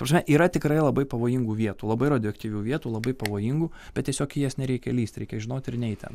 ta prasme yra tikrai labai pavojingų vietų labai radioaktyvių vietų labai pavojingų bet tiesiog į jas nereikia lįst reikia žinot ir neit ten